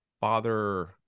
Father